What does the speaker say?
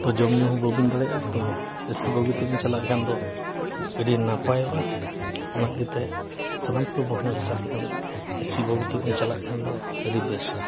ᱛᱚ ᱡᱚᱢᱼᱧᱩ ᱦᱚᱸ ᱵᱟᱵᱚᱱ ᱫᱟᱲᱮᱭᱟᱜᱼᱟ ᱛᱚ ᱮᱥᱤ ᱵᱳᱜᱤ ᱛᱮᱵᱤᱱ ᱪᱟᱞᱟᱜ ᱠᱷᱟᱱ ᱫᱚ ᱟᱹᱰᱤ ᱱᱟᱯᱟᱭᱚᱜᱼᱟ ᱚᱱᱟ ᱠᱷᱟᱹᱛᱤᱨᱛᱮ ᱥᱟᱱᱟᱢ ᱠᱚᱜᱮ ᱵᱚᱭᱦᱟᱧ ᱢᱮᱛᱟ ᱯᱮ ᱠᱟᱱᱟ ᱮᱥᱤ ᱵᱳᱜᱤ ᱛᱮᱵᱚᱱ ᱪᱟᱞᱟᱜ ᱠᱷᱟᱱ ᱫᱚ ᱟᱹᱰᱤ ᱵᱮᱥᱟ